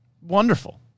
Wonderful